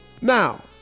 Now